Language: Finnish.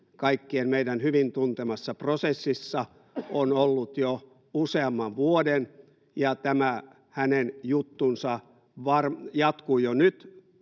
kaikkien meidän hyvin tuntemassa prosessissa on ollut jo useamman vuoden ja tämä hänen juttunsa jatkuu jo nyt